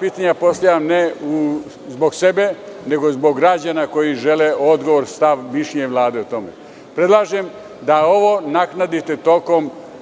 Pitanja ta postavljam ne zbog sebe već zbog građana koji žele odgovor, stav, mišljenje Vlade o tome. Predlažem da ovo nadoknadite tokom